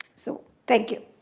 so thank you.